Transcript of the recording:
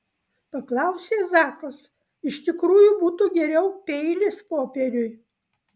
paklausė zakas iš tikrųjų būtų geriau peilis popieriui